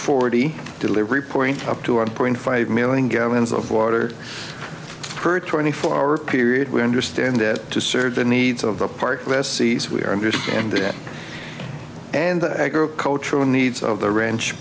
forty delivery point up to a point five million gallons of water per twenty four hour period we understand that to serve the needs of the park last season we are understanding that and the agricultural needs of the ranch